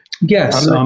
Yes